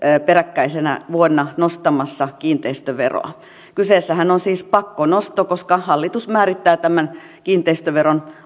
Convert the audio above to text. peräkkäisinä vuosina nostamassa kiinteistöveroa kyseessähän on siis pakkonosto koska hallitus määrittää tämän kiinteistöveron